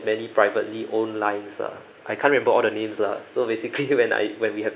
many privately own lines lah I can't remember all their names lah so basically when I when we have